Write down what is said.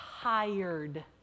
tired